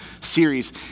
series